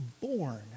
born